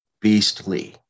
beastly